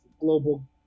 global